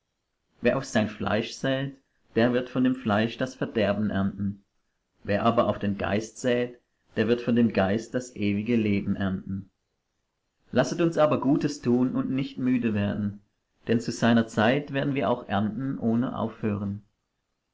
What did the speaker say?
wer auf sein fleisch sät der wird von dem fleisch das verderben ernten wer aber auf den geist sät der wird von dem geist das ewige leben ernten lasset uns aber gutes tun und nicht müde werden denn zu seiner zeit werden wir auch ernten ohne aufhören